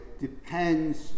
depends